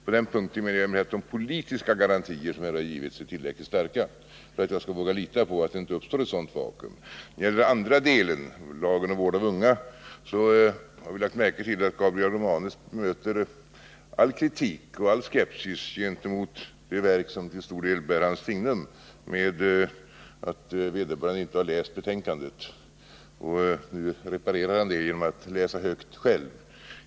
På den punkten menar jag att de politiska garantier som här har givits är tillräckligt starka för att jag skall våga lita på att det inte uppstår ett sådant vakuum. När det gäller den andra delen, lagen om vård av unga, har vi lagt märke till att Gabriel Romanus bemöter all kritik och all skepsis gentemot det verk som till stor del bär hans signum med att säga att vederbörande inte har läst betänkandet. Nu reparerar han den saken genom att läsa högt själv.